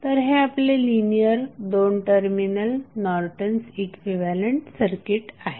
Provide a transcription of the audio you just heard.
तर हे आपले linear 2 terminal Norton's equivalent circuit आहे